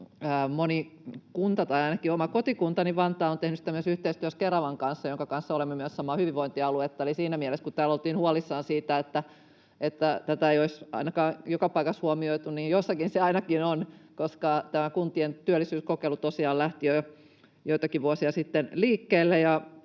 moni kunta, tai ainakin oma kotikuntani Vantaa, on tehnyt sitä myös yhteistyössä Keravan kanssa, jonka kanssa olemme myös samaa hyvinvointialuetta. Eli siinä mielessä, kun täällä oltiin huolissaan siitä, että tätä ei olisi ainakaan joka paikassa huomioitu, niin jossakin se ainakin on, koska tämä kuntien työllisyyskokeilu tosiaan lähti jo joitakin vuosia sitten liikkeelle